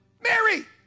Mary